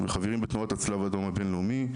אנחנו חברים בתנועת הצלב האדום הבין-לאומי,